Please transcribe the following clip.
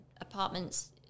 apartments